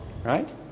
Right